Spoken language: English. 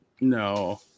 no